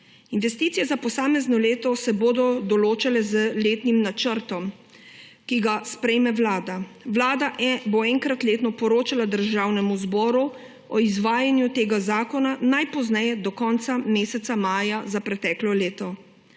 Investicije za posamezno leto se bodo določale z letnim načrtom, ki ga sprejme Vlada. Vlada bo enkrat letno poročala Državnemu zboru o izvajanju tega zakona, najpozneje do konca meseca maja za preteklo leto.